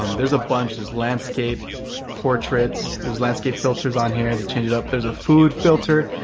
um there's a bunch, there's landscape portraits. there's landscape filters on here to change it up. there's a food filter,